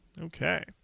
okay